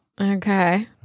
Okay